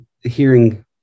hearing